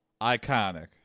Iconic